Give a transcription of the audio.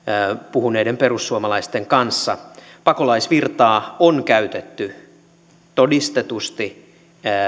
puhuneiden perussuomalaisten kanssa pakolaisvirtaa on käytetty todistetusti